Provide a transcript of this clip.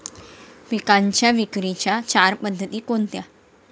पिकांच्या विक्रीच्या चार पद्धती कोणत्या?